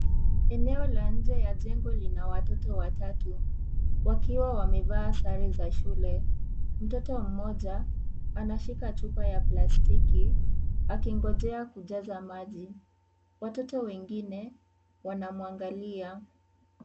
Eneo la nje ya jengo lina watoto watatu wakiwa wamevaa sare za shule mtoto mmoja, anashika chupa ya plastiki akingonjea kujaza maji watoto wengine wanamwaangalia.